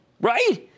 Right